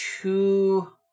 two